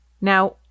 Now